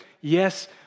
yes